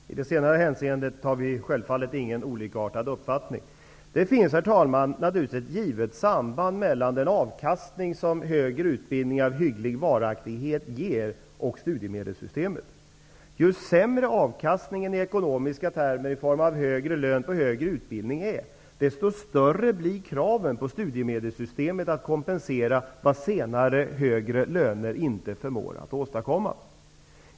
Herr talman! I det senare hänseendet har vi självfallet inte olikartade uppfattningar. Det finns, herr talman, naturligtvis ett givet samband mellan den avkastning som högre utbildningar av hygglig varaktighet ger och studiemedelssystemet. Ju sämre avkastning i ekonomiska termer, i form av högre lön på högre utbildning, är, desto större blir kraven på studiemedelssystemet att kompensera vad senare högre löner inte förmår åstadkomma.